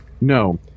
No